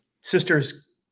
sister's